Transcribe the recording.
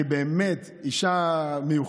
כי באמת היא אישה מיוחדת,